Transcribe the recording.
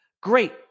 great